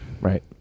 Right